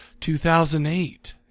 2008